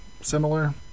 similar